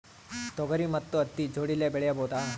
ತೊಗರಿ ಮತ್ತು ಹತ್ತಿ ಜೋಡಿಲೇ ಬೆಳೆಯಬಹುದಾ?